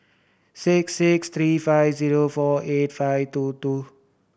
six six three five zero four eight five two two